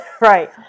Right